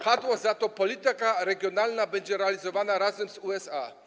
Padło za to: polityka regionalna będzie realizowana razem z USA.